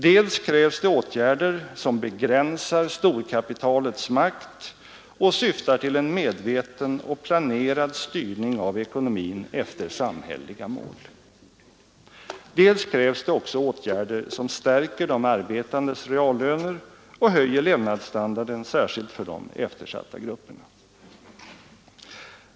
Dels krävs åtgärder som begränsar storkapitalets makt och syftar till en medveten och planerad styrning av ekonomin efter samhälleliga mål, dels krävs åtgärder som stärker de arbetandes reallöner och höjer levnadsstandarden, särskilt för de eftersatta grupperna.